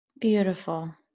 Beautiful